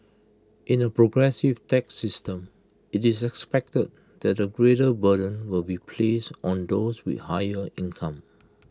in A progressive tax system IT is expected that A greater burden will be placed on those with higher income